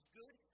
good